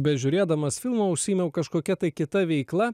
bežiūrėdamas filmą užsiėmiau kažkokia tai kita veikla